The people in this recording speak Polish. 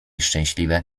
szczęśliwe